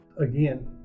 Again